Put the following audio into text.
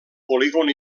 polígon